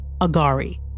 Agari